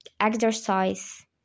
exercise